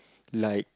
like